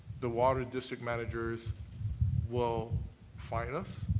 the water district managers will fine us,